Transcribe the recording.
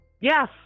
Yes